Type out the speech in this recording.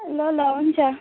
ल ल हुन्छ